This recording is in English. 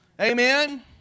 Amen